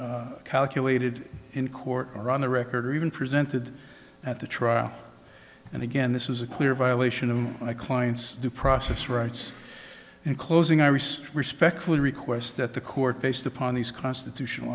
calculated in court or on the record or even presented at the trial and again this is a clear violation of my client's due process rights and closing i restrict spectrally requests that the court based upon these constitutional